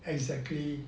exactly